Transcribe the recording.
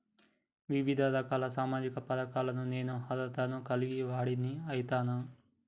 వివిధ రకాల సామాజిక పథకాలకు నేను అర్హత ను కలిగిన వాడిని అయితనా?